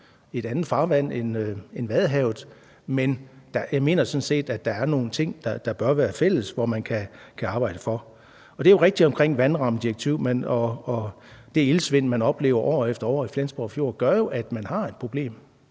et andet farvand end Vadehavet, men jeg mener sådan set, der er nogle ting, der bør være fælles, og som man kan arbejde for. Det omkring vandrammedirektivet er jo rigtigt, og det iltsvind, man oplever år efter år i Flensborg Fjord, gør jo, at man har et problem,